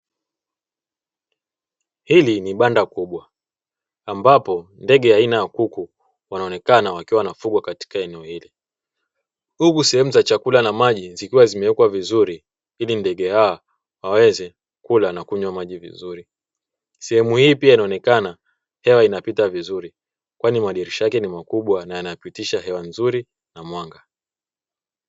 Hili ni banda kubwa ambapo ndege aina ya kuku wanaonekana wakiwa wanafugwa, katika eneo huku sehemu za chakula na maji zikiwa zimewekwa vizuri ili ndege waweze kula na kunywa maji vizuri, sehemu hii pia inaonekana hewa inapita vizuri kwani madirisha yake ni makubwa yanapitisha hewa nzuri na mwanga.